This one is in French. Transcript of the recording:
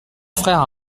frères